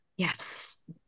Yes